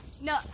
No